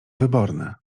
wyborne